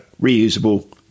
reusable